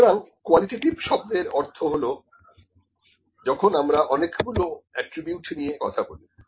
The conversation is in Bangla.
সুতরাং কোয়ালিটেটিভ শব্দের অর্থ হলো যখন আমরা অনেকগুলো এট্রিবিউট নিয়ে কথা বলি